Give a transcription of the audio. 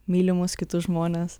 mylimus kitus žmones